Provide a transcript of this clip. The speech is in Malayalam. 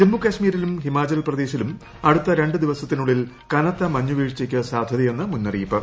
ജമ്മുകശ്മീരിലും ഹിമാചൽ പ്രദേശിലും അടുത്ത രണ്ട് ദിവസത്തിനുള്ളിൽ കനത്ത മഞ്ഞുവീഴ്ചയ്ക്ക് സാധൃതയെന്ന് മുന്നറിയിപ്പ്